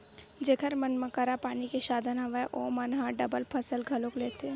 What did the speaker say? जेखर मन करा पानी के साधन हवय ओमन ह डबल फसल घलोक लेथे